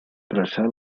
traçar